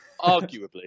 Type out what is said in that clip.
Arguably